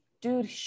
dude